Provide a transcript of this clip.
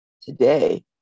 today